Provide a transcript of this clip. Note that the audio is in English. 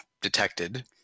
detected